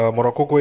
Morocco